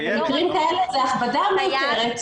במקרים כאלה זאת הכבדה מיותרת,